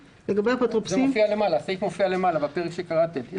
התקנה מופיעה למעלה בפרק על האפוטרופוסים.